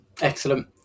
Excellent